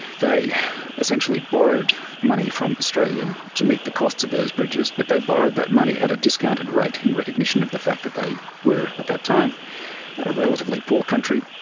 they essentially borrowed money from australia to meet the costs of those bridges, but they borrowed that money at a discounted rate in recognition of the fact that they were at that time a relatively poor country.